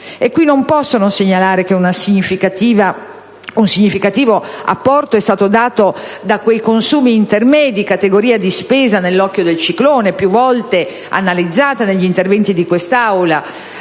E qui non posso non segnalare che un significativo apporto è stato dato dai consumi intermedi, categoria di spesa nell'occhio del ciclone, più volte analizzata negli interventi in quest'Aula,